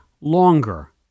longer